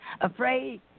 Afraid